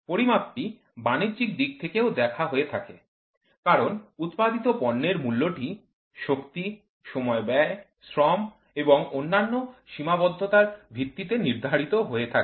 পরিমাপটি বাণিজ্য দিক থেকেও দেখা হয়ে থাকে কারণ উৎপাদিত পণ্যের মূল্যটি শক্তি সময় ব্যয় শ্রম এবং অন্যান্য সীমাবদ্ধতার ভিত্তিতে নির্ধারিত হয়ে থাকে